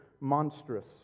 monstrous